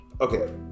Okay